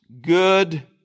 good